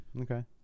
okay